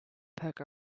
poke